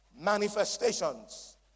manifestations